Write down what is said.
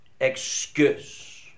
excuse